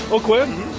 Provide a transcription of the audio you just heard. oak wood.